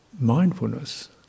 mindfulness